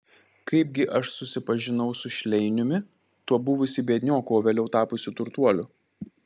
kaipgi aš susipažinau su šleiniumi tuo buvusiu biednioku o vėliau tapusiu turtuoliu